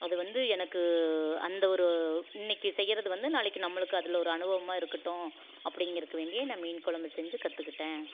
அது வந்து எனக்கு அந்த ஒரு இன்றைக்கு செய்கிறது வந்து நமக்கு நாளைக்கு நம்மளுக்கு அதில் ஒரு அனுபவமா இருக்கட்டும் அப்படிங்கிறக்கு வேண்டியே நான் மீன் குழம்பு செஞ்சு கற்றுக்கிட்டேன்